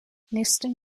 nesting